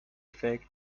effect